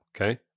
Okay